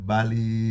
Bali